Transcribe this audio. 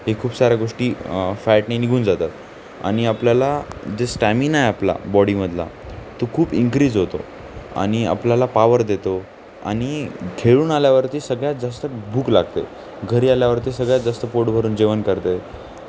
हे खूप साऱ्या गोष्टी फॅटने निघून जातात आणि आपल्याला जे स्टॅमिना आहे आपला बॉडीमधला तो खूप इन्क्रीज होतो आणि आपल्याला पावर देतो आणि खेळून आल्यावरती सगळ्यात जास्त भूक लागते घरी आल्यावरती सगळ्यात जास्त पोट भरून जेवण करत आहे